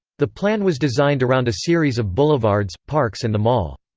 the plan was designed around a series of boulevards, parks and the mall.